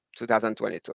2022